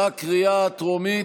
בקריאה הטרומית.